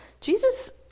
Jesus